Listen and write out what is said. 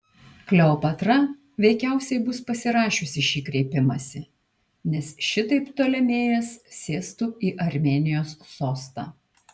kleopatra veikiausiai bus pasirašiusi šį kreipimąsi nes šitaip ptolemėjas sėstų į armėnijos sostą